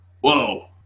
Whoa